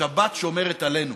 השבת שומרת עלינו.